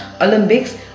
Olympics